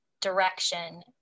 direction